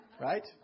Right